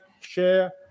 share